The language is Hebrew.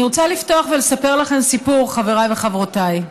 אני רוצה לפתוח ולספר לכם סיפור, חבריי וחברותיי.